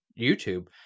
YouTube